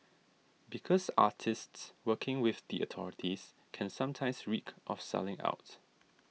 because artists working with the authorities can sometimes reek of selling out